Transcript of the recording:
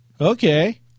Okay